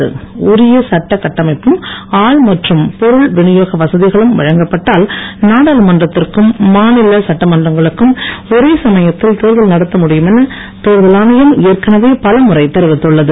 விநியோக உரிய சட்ட கட்டமைப்பும் ஆள் மற்றும் பொருள் வசதிகளும் வழங்கப்பட்டால் நாடாளுமன்றத்திற்கும் மாநில சட்டமன்றங்களுக்கும் ஒரே சமயத்தில் தேர்தல் நடத்த முடியும் என தேர்தல் ஆணையம் ஏற்கனவே பலமுறை தெரிவித்துள்ளது